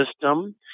system